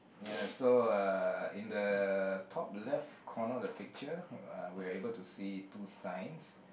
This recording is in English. ya so uh in the top left corner of the picture uh we are able to see two signs